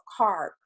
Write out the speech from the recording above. carb